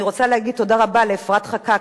אני רוצה להגיד תודה רבה לאפרת חקאק,